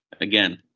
again